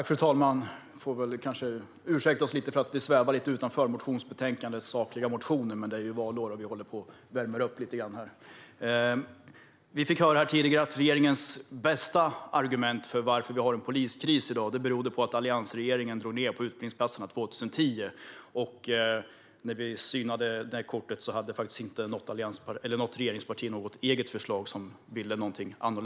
Fru talman! Vi får väl be om ursäkt för att vi svävar lite utanför sakinnehållet i de motioner som behandlas i betänkandet, men det är ju valår, och vi håller på att värma upp lite. Vi fick här tidigare höra att regeringens bästa förklaring till att vi i dag har en poliskris är att alliansregeringen drog ned på utbildningsplatserna 2010. När vi synade det kortet visade det sig att inget av regeringspartierna hade något eget förslag eller ville något annat.